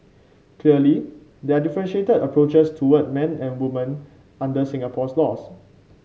clearly there are differentiated approaches toward men and women under Singapore's laws